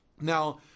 Now